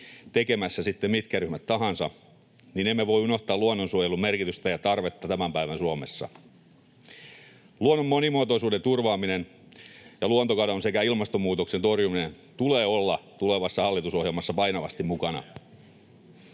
tekemässä sitten mitkä ryhmät tahansa, niin emme voi unohtaa luonnonsuojelun merkitystä ja tarvetta tämän päivän Suomessa. Luonnon monimuotoisuuden turvaamisen ja luontokadon sekä ilmastonmuutoksen torjumisen tulee olla tulevassa hallitusohjelmassa painavasti mukana.